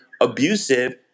abusive